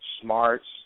smarts